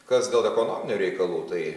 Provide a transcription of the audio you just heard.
kas dėl ekonominių reikalų tai